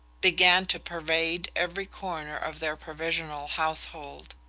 began to pervade every corner of their provisional household.